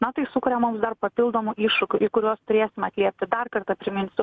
na tai sukuriama dar papildomų iššūkių į kuriuos turėsim atliepti dar kartą priminsiu